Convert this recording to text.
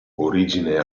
origine